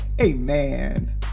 Amen